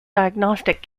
diagnostic